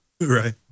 Right